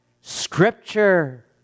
Scripture